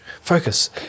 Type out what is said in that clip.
focus